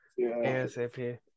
ASAP